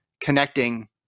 connecting